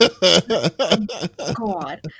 God